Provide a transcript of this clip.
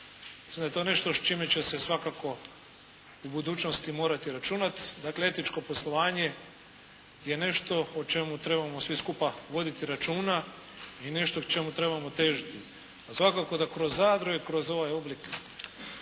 Da je to nešto s čime će se svakako u budućnosti morati računati, dakle etičko poslovanje je nešto o čemu trebamo svi skupa voditi računa i nešto čemu trebamo težiti, a svakako da kroz zadruge, kroz ovaj oblik